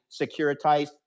securitized